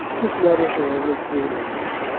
his letters are only three lines.